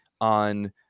on